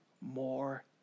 more